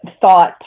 thought